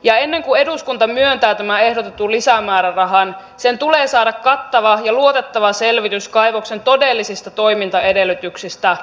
ja ennen kuin eduskunta myöntää tämän ehdotetun lisämäärärahan sen tulee saada kattava ja luotettava selvitys kaivoksen todellisista toimintaedellytyksistä